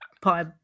Pie